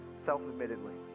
self-admittedly